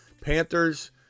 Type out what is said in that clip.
Panthers